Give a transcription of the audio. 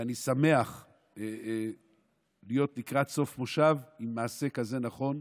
ואני שמח להיות לקראת סוף מושב עם מעשה כזה נכון.